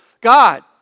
God